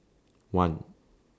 one